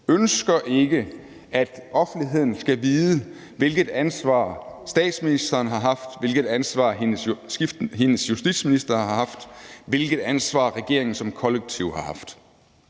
ønsker ikke, at offentligheden skal vide, hvilket ansvar statsministeren har haft, hvilket ansvar hendes justitsminister har haft, hvilket ansvar regeringen som et kollektiv har haft.